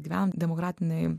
gyvent demokratinėj